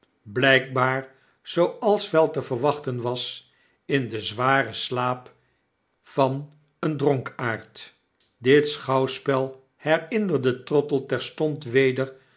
blijkbaar zooals wel te verwachten was in den zwaren slaap van een dronkaard dit schouwspel herinnerde trottle terstond weder